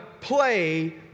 play